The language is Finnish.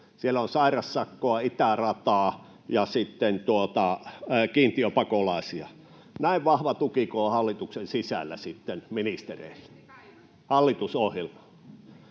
Siellä on sairassakkoa, itärataa ja kiintiöpakolaisia. Näin vahva tukiko on hallituksen sisällä ministereille hallitusohjelmaan?